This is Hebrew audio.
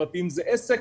הפרטיים זה עסק',